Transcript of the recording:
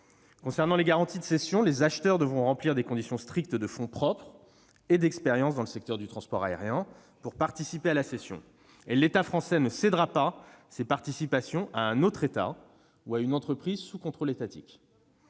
Concernant les garanties de cession, les acheteurs devront remplir des conditions strictes de fonds propres et d'expérience dans le secteur du transport aérien pour participer à la cession, et l'État français ne cédera pas ses participations à un autre État ou à une entreprise sous contrôle étatique.